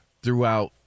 throughout